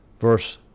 Verse